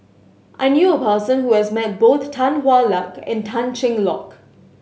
I knew a person who has met both Tan Hwa Luck and Tan Cheng Lock